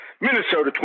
Minnesota